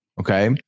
okay